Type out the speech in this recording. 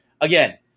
again